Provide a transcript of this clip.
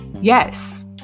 Yes